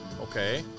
okay